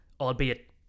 albeit